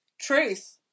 truth